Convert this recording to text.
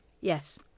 Yes